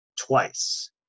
twice